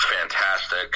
fantastic